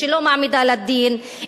שלא מעמידה לדין,